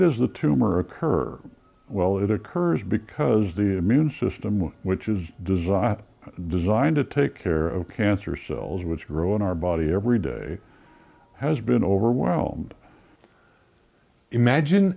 does the tumor occur well it occurs because the immune system which is designed designed to take care of cancer cells which grow in our body every day has been overwhelmed imagine